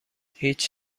هیچ